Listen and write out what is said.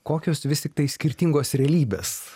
kokios vis tiktai skirtingos realybės